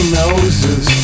noses